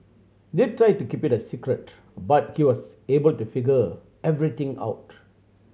they tried to keep it a secret but he was able to figure everything out